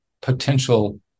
potential